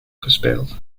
gespeeld